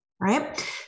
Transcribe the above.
Right